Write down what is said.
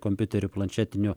kompiuterių planšetinių